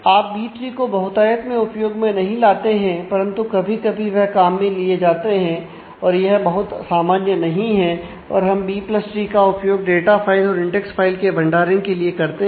आप B tree को बहुतायत में उपयोग में नहीं लाते हैं परंतु कभी कभी वह काम में लिए जाते हैं और यह बहुत सामान्य नहीं है और हम बी प्लस ट्री का उपयोग डाटा फाइल और इंडेक्स फाइल के भंडारण के लिए करते हैं